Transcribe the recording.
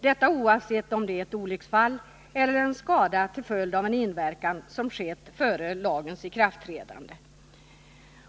Detta oavsett om det är ett olycksfall eller en skada till följd av en inverkan som skett före lagens ikraftträdande.